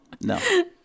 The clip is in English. No